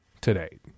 Today